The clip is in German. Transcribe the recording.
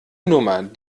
nummer